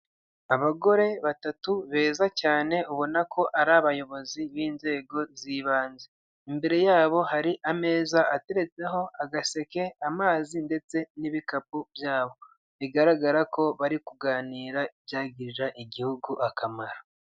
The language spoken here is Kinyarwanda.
Abagore batatu beza cyane ubona ko ari abayobozi b'inzego z'ibanze; imbere yabo hari ameza ateretseho agaseke, amazi ndetse n'ibikapu byabo, bigaragara ko bari kuganira ibyagirira igihugu akamaro.